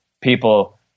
people